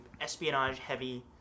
espionage-heavy